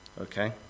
Okay